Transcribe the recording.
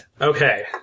Okay